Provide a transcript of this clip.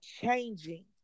changing